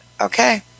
Okay